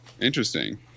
interesting